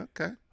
Okay